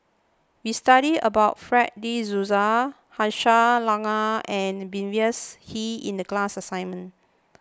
we studied about Fred De Souza Aisyah Lyana and Mavis Hee in the class assignment